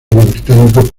británico